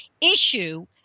issue